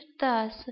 thus